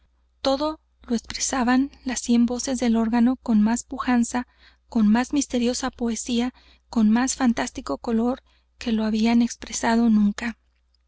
todo lo expresaban las cien voces del órgano con más pujanza con más misteriosa poesía con más fantástico color que los habían expresado nunca